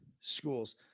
schools